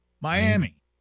Miami